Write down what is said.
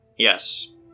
Yes